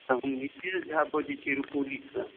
हम निखिल झा बजै छी रुपौली सऽ